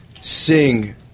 sing